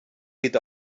geht